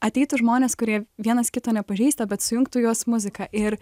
ateitų žmonės kurie vienas kito nepažįsta bet sujungtų juos muzika ir